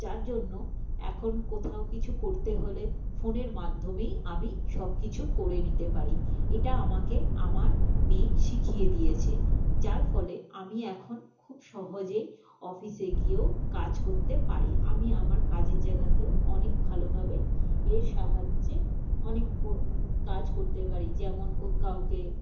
যার জন্য এখন কোথাও কিছু করতে হলে ফোনের মাধ্যমেই আমি সব কিছু করে দিতে পারি এটা আমাকে আমার মেয়ে শিখিয়ে দিয়েছে যার ফলে আমি এখন খুব সহজেই অফিসে গিয়েও কাজ করতে পারি আমি আমার কাজের জায়গাতেও অনেক ভালোভাবে এর সাহায্যে অনেক কাজ করতে পারি যেমন কাউকে